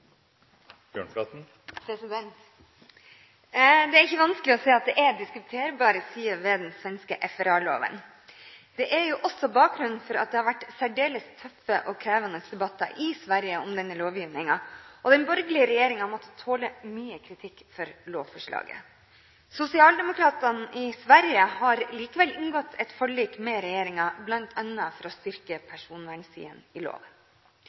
ikke vanskelig å se at det er diskuterbare sider ved den svenske FRA-loven. Det er også bakgrunnen for at det har vært særdeles tøffe og krevende debatter i Sverige om denne lovgivningen, og den borgerlige regjeringen har måttet tåle mye kritikk for lovforslaget. Socialdemokraterna i Sverige har likevel inngått et forlik med regjeringen, bl.a. for å styrke personvernsiden i loven.